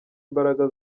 imbaraga